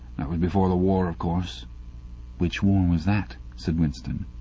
that was before the war, of course which war was that said winston.